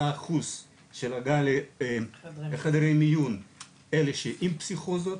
עלה האחוז של הגעה לחדרי מיון אנשים שעם פסיכוזות,